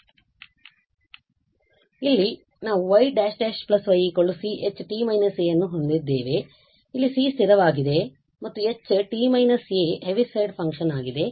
ಆದ್ದರಿಂದ ಇಲ್ಲಿ ನಾವು y ′′ y CHt − a ಅನ್ನು ಹೊಂದಿದ್ದೇವೆ ಇಲ್ಲಿ C ಸ್ಥಿರವಾಗಿದೆ ಮತ್ತು H t − a Heaviside function ಆಗಿದೆ